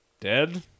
Dead